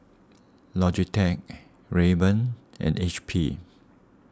Logitech Rayban and H P